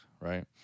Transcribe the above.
right